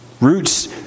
Roots